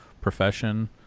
profession